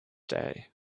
day